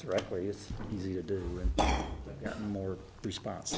directly it's easy to do a more respons